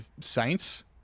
saints